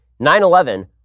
9-11